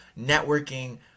networking